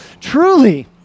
Truly